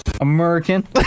American